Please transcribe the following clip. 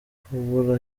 kubura